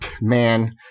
Man